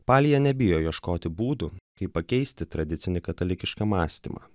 partija nebijo ieškoti būdų kaip pakeisti tradicinį katalikišką mąstymą